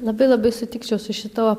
labai labai sutikčiau su šituo